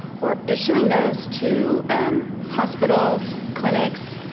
we're issuing those to hospitals clinics,